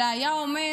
אלא היה אומר: